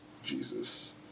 Jesus